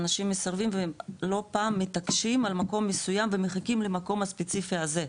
אנשים מסרבים ולא פעם מתעקשים למקום מסוים ומחכים למקום הספציפי הזה,